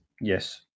Yes